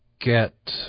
get